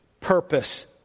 purpose